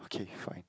okay fine